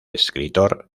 escritor